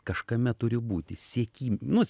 kažkame turi būti sieki nu